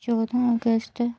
चौदां अगस्त